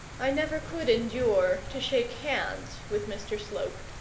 i never could endure to shake hands with mr slope.